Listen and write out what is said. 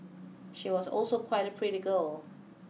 she was also quite a pretty girl